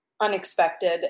unexpected